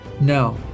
No